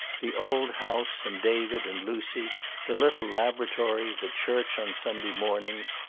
the old house, and david and lucy the little laboratory the church on sunday mornings.